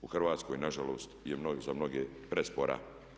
U Hrvatskoj nažalost je za mnoge prespora.